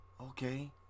okay